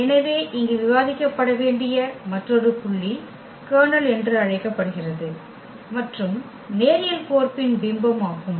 எனவே இங்கே விவாதிக்கப்பட வேண்டிய மற்றொரு புள்ளி கர்னல் என்று அழைக்கப்படுகிறது மற்றும் நேரியல் கோர்ப்பின் பிம்பம் ஆகும்